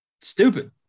stupid